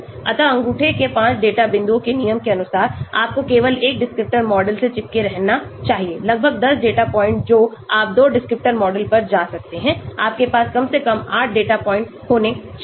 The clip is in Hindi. अतः अंगूठे के नियम के अनुसार 5 डेटा बिंदुओं आपको केवल एक डिस्क्रिप्टर मॉडल से चिपके रहना चाहिए लगभग 10 डेटा पॉइंट जो आप 2 डिस्क्रिप्टर मॉडल पर जा सकते हैं आपके पास कम से कम 8 डेटा पॉइंट होने चाहिए